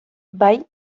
bai